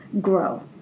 grow